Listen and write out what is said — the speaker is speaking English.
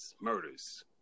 murders